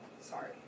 Sorry